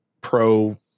pro